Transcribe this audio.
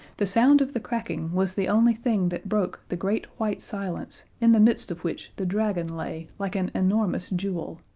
the sound of the cracking was the only thing that broke the great white silence in the midst of which the dragon lay like an enormous jewel,